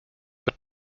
but